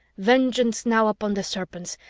vengeance now upon the serpents,